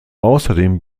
außerdem